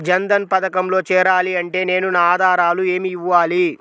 జన్ధన్ పథకంలో చేరాలి అంటే నేను నా ఆధారాలు ఏమి ఇవ్వాలి?